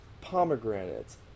pomegranates